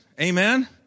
Amen